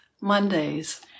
Mondays